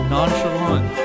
Nonchalant